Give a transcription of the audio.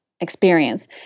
experience